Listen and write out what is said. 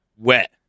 Wet